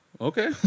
Okay